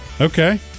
okay